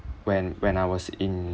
when when I was in